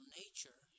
nature